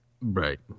Right